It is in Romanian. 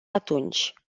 atunci